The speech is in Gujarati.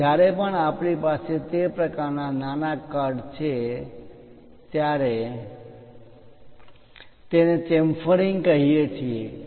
તેથી જ્યારે પણ આપણી પાસે તે પ્રકારના નાના કટ છે ત્યારે આપણે તેને ચેમ્ફરીંગ ઢાળવાળી કોર chamfering કહીએ છીએ